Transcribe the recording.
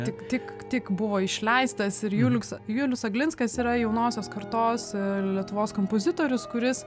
tik tik tik buvo išleistas ir julius julius aglinskas yra jaunosios kartos lietuvos kompozitorius kuris